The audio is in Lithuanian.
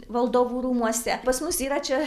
valdovų rūmuose pas mus yra čia